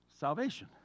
salvation